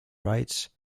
rights